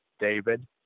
David